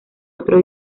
otro